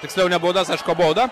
tiksliau ne baudas aišku baudą